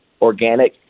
organic